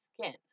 skin